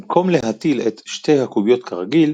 במקום להטיל את שתי הקוביות כרגיל,